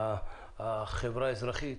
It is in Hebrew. החברה האזרחית,